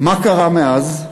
מה קרה מאז?